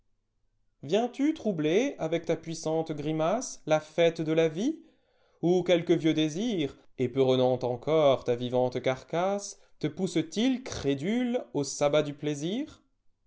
viens lu troubler avec ta puissante grimace la fête de la vie ou quelque vieux désir éperonnant encor ta vivante carcasse te pousse t il crédule au sabbat du plaisir